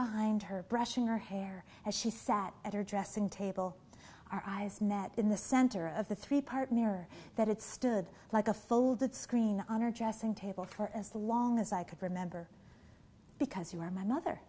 behind her brushing her hair as she sat at her dressing table our eyes met in the center of the three part mirror that had stood like a folded screen on her dressing table for as long as i could remember because you are my mother